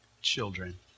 children